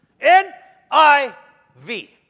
N-I-V